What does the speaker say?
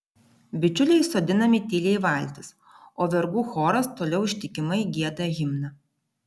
bičiuliai sodinami tyliai į valtis o vergų choras toliau ištikimai gieda himną